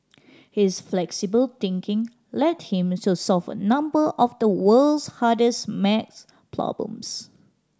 his flexible thinking led him to solve a number of the world's hardest maths problems